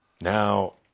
now